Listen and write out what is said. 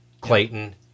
Clayton